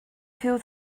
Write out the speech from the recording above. feel